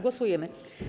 Głosujemy.